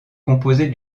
composée